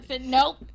Nope